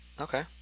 Okay